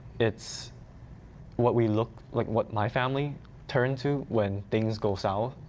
it's what we looked like what my family turned to. when things go south.